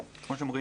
כמו שאתם רואים